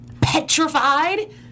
petrified